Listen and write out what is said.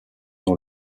dans